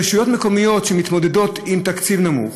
לרשויות מקומיות שמתמודדות עם תקציב נמוך,